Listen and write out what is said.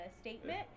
statement